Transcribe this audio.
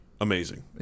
amazing